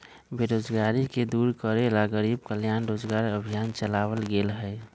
बेरोजगारी के दूर करे ला गरीब कल्याण रोजगार अभियान चलावल गेले है